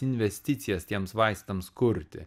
investicijas tiems vaistams kurti